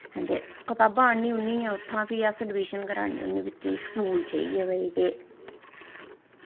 ते कताबां उत्थां आह्नियै भी अस एडमिशन कराने होने बच्चे दी स्कूल जाइयै की भई